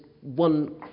one